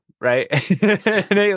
right